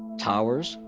towers,